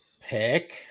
pick